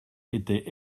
était